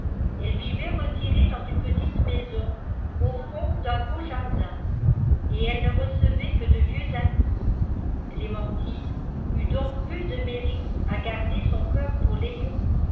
elles vivaient retirées dans une petite maison au fond d'un beau jardin et elles ne recevaient que de vieux amis clémentine eut donc peu de mérite à garder son coeur pour léon